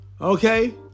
Okay